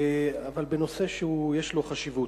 אבל בנושא שיש לו חשיבות.